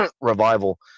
Revival